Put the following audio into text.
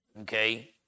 Okay